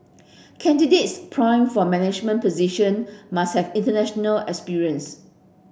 candidates primed for management position must have international experience